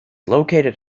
located